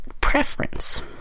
Preference